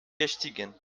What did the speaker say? gestiegen